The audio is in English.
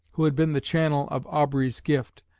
who had been the channel of awbry's gift,